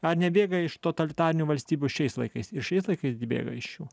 ar nebėga iš totalitarinių valstybių šiais laikais ir šiais laikais gi bėga iš jų